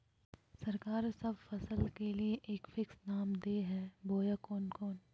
सरकार सब फसल के लिए एक फिक्स दाम दे है बोया कोनो कोनो?